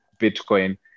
Bitcoin